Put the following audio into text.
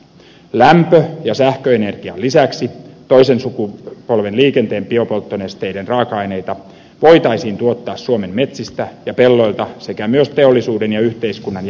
lämpö ja sähköenergian lisäksi toisen sukupolven liikenteen biopolttonesteiden raaka aineita voitaisiin tuottaa suomen metsistä ja pelloilta sekä myös teollisuuden ja yhteiskunnan jätteistä